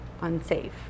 unsafe